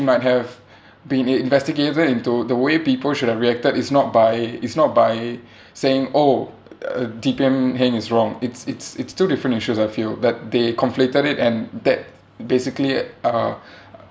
might have been investigated into the way people should have reacted is not by is not by saying oh uh D_P_M heng is wrong it's it's it's two different issues I feel that they conflated it and that basically uh